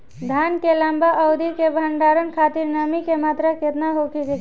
धान के लंबा अवधि क भंडारण खातिर नमी क मात्रा केतना होके के चाही?